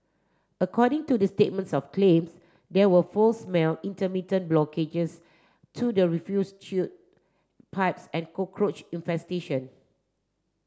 according to the statements of claims there were foul smell intermittent blockages to the refuse pipes and cockroach infestation